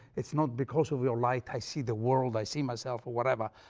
it's not because of your light i see the world, i see myself or whatever,